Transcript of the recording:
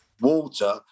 water